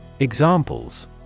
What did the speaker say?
Examples